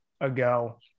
ago